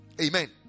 Amen